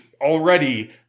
already